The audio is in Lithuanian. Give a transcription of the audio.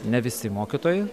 ne visi mokytojai